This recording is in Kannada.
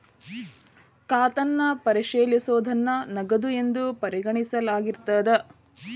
ಖಾತನ್ನ ಪರಿಶೇಲಿಸೋದನ್ನ ನಗದು ಎಂದು ಪರಿಗಣಿಸಲಾಗಿರ್ತದ